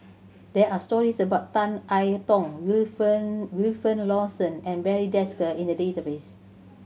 there are stories about Tan I Tong Wilfed Wilfed Lawson and Barry Desker in the database